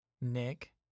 Nick